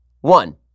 One